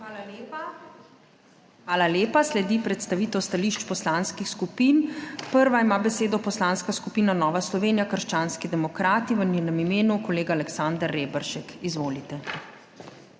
ZUPANČIČ:** Hvala lepa. Sledi predstavitev stališč poslanskih skupin. Prva ima besedo Poslanska skupina Nova Slovenija – krščanski demokrati, v njenem imenu kolega Aleksander Reberšek. Izvolite.